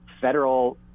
federal